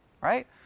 right